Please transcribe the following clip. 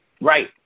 Right